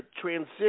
transition